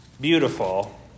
beautiful